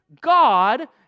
God